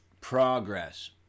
progress